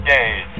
Days